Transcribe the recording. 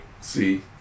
See